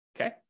okay